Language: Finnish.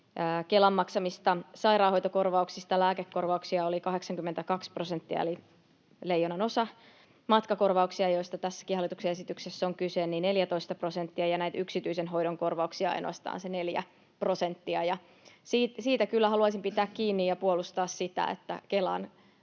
Kelan maksamista sairaanhoitokorvauksista lääkekorvauksia oli 82 prosenttia eli leijonanosa. Matkakorvauksia, joista tässäkin hallituksen esityksessä on kyse, oli 14 prosenttia ja näitä yksityisen hoidon korvauksia ainoastaan se 4 prosenttia. Siitä kyllä haluaisin pitää kiinni ja puolustaa sitä, että Kelan